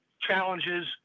challenges